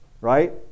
right